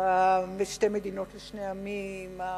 שתי מדינות לשני עמים,